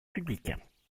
publiques